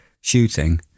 shooting